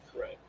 Right